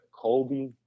Kobe